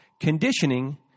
conditioning